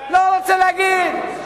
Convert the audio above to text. לא רוצה להגיד.